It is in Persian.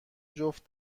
جفت